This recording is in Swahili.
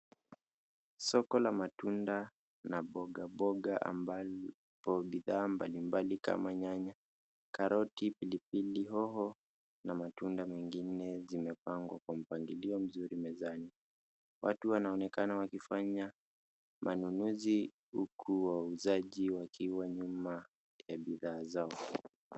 Soko la matunda na mboga, mboga ambapo bidhaa mbalimbali kama nyanya, karoti, pilipili hoho na matunda mengine zimepangwa kwa mpangilio mzuri mezani. Watu wanaonekana wakifanya manunuzi huku wauzaji wakiwa nyuma ya bidhaa zao.